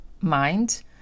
mind